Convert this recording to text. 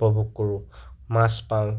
উপভোগ কৰোঁ মাছ পাওঁ